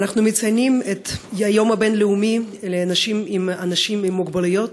אנחנו מציינים את היום הבין-לאומי לאנשים עם מוגבלות,